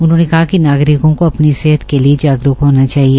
उन्होंने कहा कि नागरिकों को अपनी सेहत के लिए जागरुक होना चाहिए